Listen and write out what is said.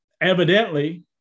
evidently